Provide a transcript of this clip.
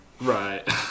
Right